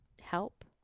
help